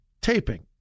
Taping